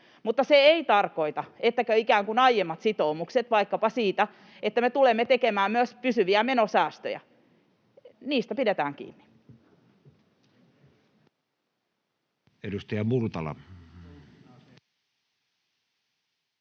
Mutta se ei tarkoita, että ikään kuin aiemmat sitoumukset vaikkapa siitä, että me tulemme tekemään myös pysyviä menosäästöjä, etteikö niistä pidetä kiinni.